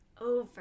over